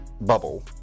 bubble